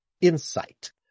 insight